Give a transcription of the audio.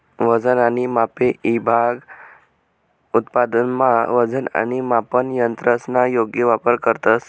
वजन आणि मापे ईभाग उत्पादनमा वजन आणि मापन यंत्रसना योग्य वापर करतंस